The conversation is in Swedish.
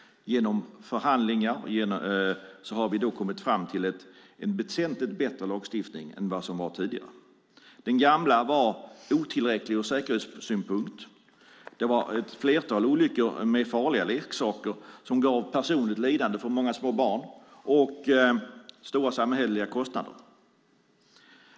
Genom förhandlingar har vi kommit fram till en väsentligt bättre lagstiftning än den vi hade tidigare. Den gamla var otillräcklig ur säkerhetssynpunkt. Det var ett flertal olyckor med farliga leksaker som gav personligt lidande för många små barn och stora samhälleliga kostnader.